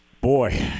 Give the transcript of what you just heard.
boy